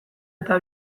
eta